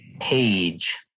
Page